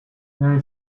very